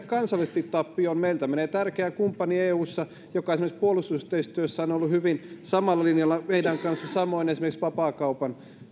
kansallisesti tappio on meiltä menee eussa joka esimerkiksi puolustusyhteistyössä on on ollut hyvin samalla linjalla meidän kanssamme samoin esimerkiksi vapaakaupan